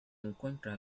encuentra